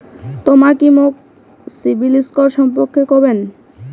তমা কি মোক সিবিল স্কোর সম্পর্কে কবেন?